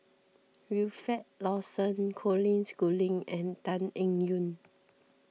Wilfed Lawson Colin Schooling and Tan Eng Yoon